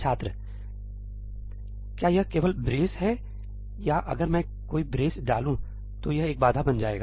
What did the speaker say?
छात्र क्या यह केवल ब्रेस है या अगर मैं कोई ब्रेस डालूं तो यह एक बाधा बन जाएगा